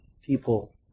people